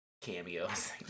cameos